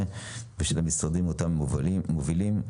ועל חשיבות המשרדים אותם הם מובילים.